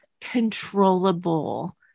controllable